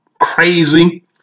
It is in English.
crazy